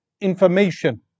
information